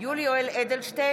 יולי יואל אדלשטיין,